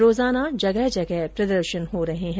रोजाना जगह जगह प्रदर्शन हो रहे हैं